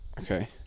Okay